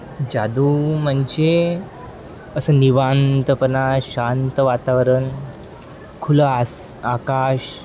जादू म्हणजे असं निवांतपणा शांत वातावरण खुलं असं आकाश